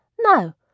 no